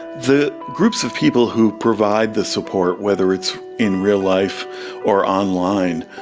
the groups of people who provide the support, whether it's in real life or online,